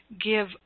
give